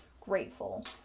grateful